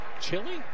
chili